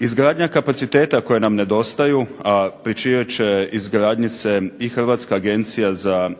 Izgradnja kapaciteta koja nam nedostaju a pri čijoj će izgradnji se i Hrvatska agencija za